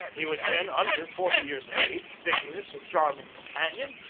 he was then under forty years of age, vigorous, a charming companion,